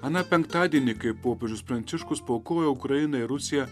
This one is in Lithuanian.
aną penktadienį kai popiežius pranciškus paaukojo ukrainą ir rusiją